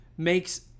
Makes